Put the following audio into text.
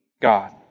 God